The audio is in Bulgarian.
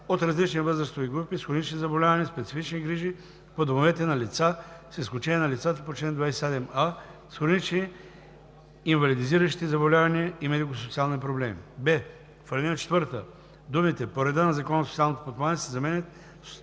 от различни възрастови групи с хронични заболявания, специфични грижи по домовете на лица с изключение на лицата по чл. 27а с хронични инвалидизиращи заболявания и медикосоциални проблеми.“; б) в ал. 4 думите „по реда на Закона за социалното подпомагане“ се заменят